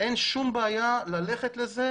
ואין שום בעיה ללכת לזה.